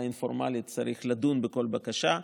פורמלית עדיין צריך לדון בכל בקשה.